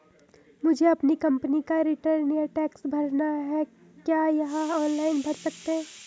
मुझे अपनी कंपनी का रिटर्न या टैक्स भरना है क्या हम ऑनलाइन भर सकते हैं?